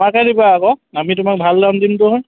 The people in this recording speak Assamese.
আমাকে দিবা আকৌ আমি তোমাক ভাল দাম দিম নহয়